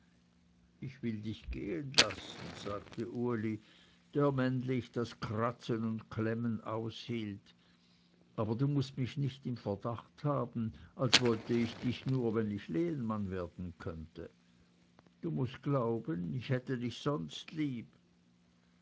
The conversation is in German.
ich will dich gehenlassen sagte uli der männlich das kratzen und klemmen aushielt aber du mußt mich nicht im verdacht haben als wollte ich dich nur wenn ich lehenmann werden könnte du mußt glauben ich hätte dich sonst lieb